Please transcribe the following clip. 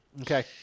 Okay